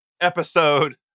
episode